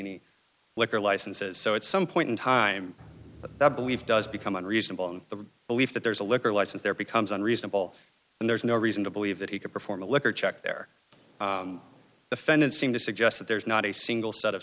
any liquor licenses so it's some point in time that the believe does become unreasonable in the belief that there's a liquor license there becomes unreasonable and there's no reason to believe that he could perform a liquor check their offended seem to suggest that there's not a single set of